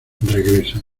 regresan